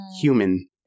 human